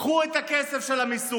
קחו את הכסף של המיסוי,